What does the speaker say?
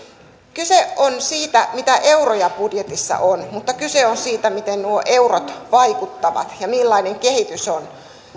kyse on siitä mitä euroja budjetissa on mutta kyse on myös siitä miten nuo eurot vaikuttavat ja millainen kehitys on